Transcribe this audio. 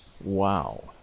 Wow